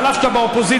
אף שאתה באופוזיציה,